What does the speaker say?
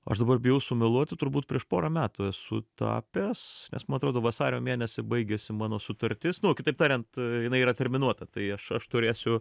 aš dabar bijau sumeluoti turbūt prieš porą metų esu tapęs nes man atrodo vasario mėnesį baigėsi mano sutartis nu kitaip tariant jinai yra terminuota tai aš aš turėsiu